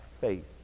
faith